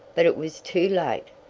but it was too late.